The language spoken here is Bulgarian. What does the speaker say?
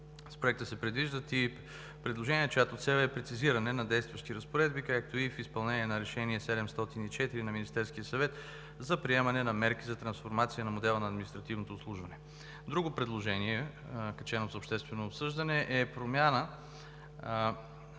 С Проекта се предвиждат и предложения, чиято цел е прецизиране на действащи разпоредби, както и в изпълнение на Решение № 704 на Министерския съвет за приемане на мерки за трансформация на модела на административното обслужване. Друго предложение, качено за обществено обсъждане, е промяна